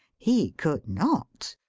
he could not,